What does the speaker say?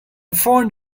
fond